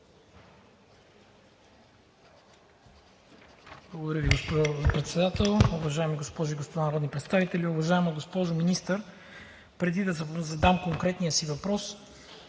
Благодаря Ви, госпожо Председател. Уважаеми госпожи и господа народни представители, уважаема госпожо Министър! Преди да задам конкретния си въпрос,